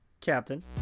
captain